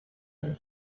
and